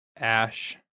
Ash